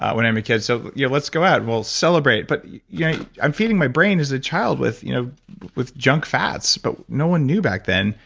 when i'm a kid. so you know let's go out and we'll celebrate. but yeah i'm feeding my brain, as a child, with you know with junk fats, but no one knew back then,